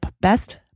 best